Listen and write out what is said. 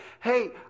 hey